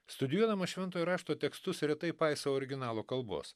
studijuodamas šventojo rašto tekstus retai paisau originalo kalbos